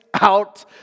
out